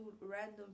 random